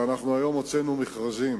שהיום הוצאנו מכרזים